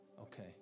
Okay